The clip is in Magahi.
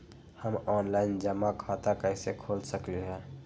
हम ऑनलाइन जमा खाता कईसे खोल सकली ह?